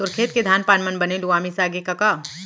तोर खेत के धान पान मन बने लुवा मिसागे कका?